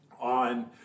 on